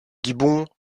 gibbon